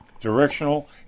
Directional